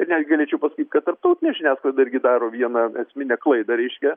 ir netgi galėčiau pasakyt kad tarptautinė žiniasklaida irgi daro vieną esminę klaidą reiškia